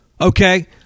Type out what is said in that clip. okay